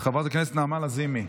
חברת הכנסת נעמה לזימי,